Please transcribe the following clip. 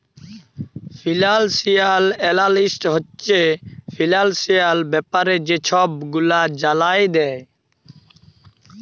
financial analyst হছে financial ব্যাপারে যে ছব গুলা জালায় দেই